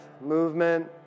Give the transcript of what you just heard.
movement